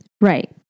Right